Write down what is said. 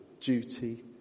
duty